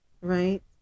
right